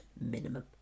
minimum